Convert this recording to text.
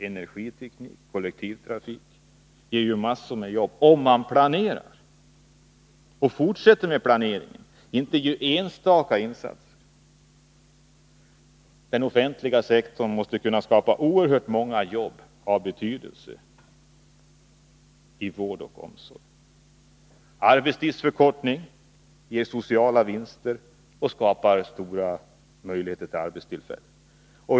Energiteknik och kollektivtrafik ger massor med jobb, om man planerar och fortsätter med planeringen och inte gör enstaka insatser. Den offentliga sektorn måste kunna skapa oerhört många jobb av betydelse inom vård och omsorg. Arbetstidsförkortning ger sociala vinster och skapar stora möjligheter till arbetstillfällen.